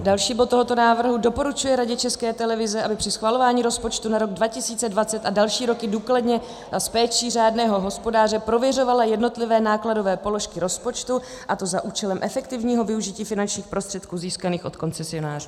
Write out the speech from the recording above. Další bod tohoto návrhu: Doporučuje Radě České televize, aby při schvalování rozpočtu na rok 2020 a další roky důkladně a s péčí řádného hospodáře prověřovala jednotlivé nákladové položky rozpočtu, a to za účelem efektivního využití finančních prostředků získaných od koncesionářů.